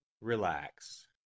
Relax